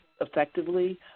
effectively